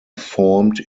formed